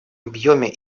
объеме